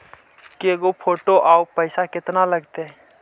के गो फोटो औ पैसा केतना लगतै?